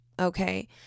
okay